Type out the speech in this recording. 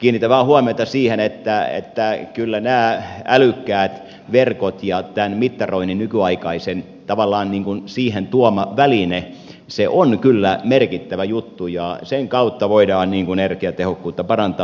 kiinnitän vain huomiota siihen että nämä älykkäät verkot ja tämän nykyaikaisen mittaroinnin tavallaan siihen tuoma väline on kyllä merkittävä juttu ja sen kautta voidaan energiatehokkuutta parantaa